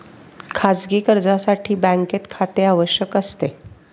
खाजगी कर्जासाठी बँकेत खाते आवश्यक असते